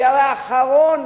כי האחרון